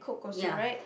ya